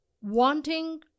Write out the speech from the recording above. wanting